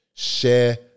Share